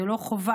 זה לא חובה,